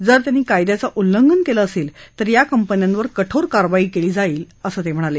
जर त्यांनी कायद्याचं उल्लंघन केलं असेल तर या कंपन्यांवर कठोर कारवाई केली जाईल असं ते म्हणाले